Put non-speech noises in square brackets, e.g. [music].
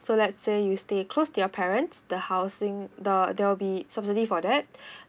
so let's say you stay close to your parents the housing the there will be subsidy for that [breath]